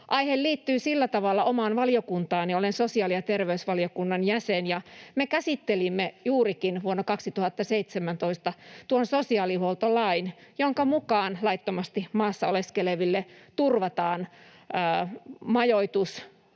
Aihe liittyy sillä tavalla omaan valiokuntaani — olen sosiaali- ja terveysvaliokunnan jäsen — että me käsittelimme juurikin vuonna 2017 tuon sosiaalihuoltolain, jonka mukaan laittomasti maassa oleskeleville turvataan majoitus,